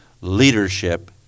leadership